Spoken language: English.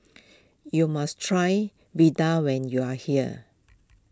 you must try Vadai when you are here